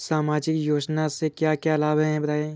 सामाजिक योजना से क्या क्या लाभ हैं बताएँ?